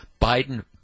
Biden